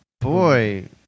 Boy